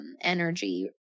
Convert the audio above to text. energy